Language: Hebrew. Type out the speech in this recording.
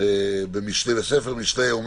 אומר בספר משלי: